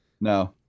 No